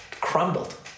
crumbled